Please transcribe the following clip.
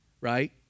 right